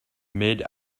mid